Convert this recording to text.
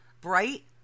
bright